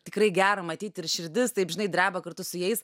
tikrai gera matyt ir širdis taip žinai dreba kartu su jais